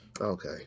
Okay